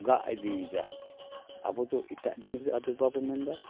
ᱜᱟᱜ ᱤᱫᱤᱭᱮᱫᱟ ᱟᱵᱚᱫᱚ ᱮᱴᱟᱜ ᱡᱤᱱᱤᱥ ᱫᱚ ᱵᱟᱵᱚᱱ ᱢᱮᱱᱮᱫᱟ